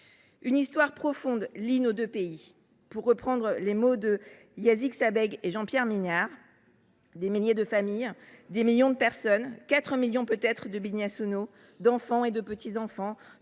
Une histoire profonde lie nos deux pays. Permettez moi de reprendre les mots de Yazid Sabeg et Jean Pierre Mignard :« Des milliers de familles, des millions de personnes, quatre millions peut être de binationaux, d’enfants et de petits enfants,